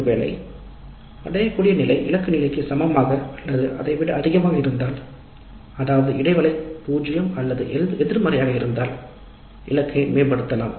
ஒருவேளை அடையக்கூடிய நிலை இலக்கு நிலைக்கு சமமாக அல்லது அதை விட அதிகமாக இருந்தால் அதாவது இடைவெளி 0 அல்லது எதிர்மறையாக இருந்தால் இலக்கை மேம்படுத்தலாம்